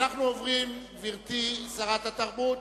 אנו עוברים, גברתי שרת התרבות,